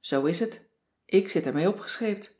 zoo is het ik zit er mee opgescheept